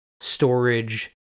storage